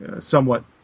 somewhat